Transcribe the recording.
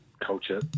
culture